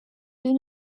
deux